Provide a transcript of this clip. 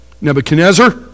Nebuchadnezzar